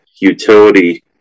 utility